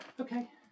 Okay